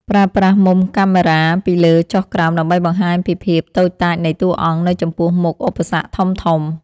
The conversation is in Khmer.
ប្រើប្រាស់មុំកាមេរ៉ាពីលើចុះក្រោមដើម្បីបង្ហាញពីភាពតូចតាចនៃតួអង្គនៅចំពោះមុខឧបសគ្គធំៗ។